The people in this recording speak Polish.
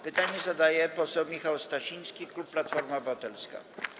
Pytanie zadaje poseł Michał Stasiński, klub Platforma Obywatelska.